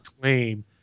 claim